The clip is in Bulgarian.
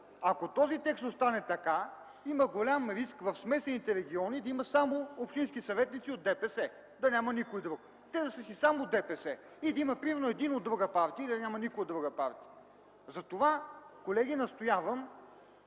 ако този текст остане така, има голям риск в смесените региони да има само общински съветници от ДПС - да няма никой друг. Те да са си само от ДПС, да има примерно един от друга партия или да няма никой от друга партия. Колеги, затова